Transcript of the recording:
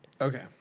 Okay